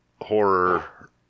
horror